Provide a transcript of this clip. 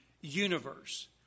universe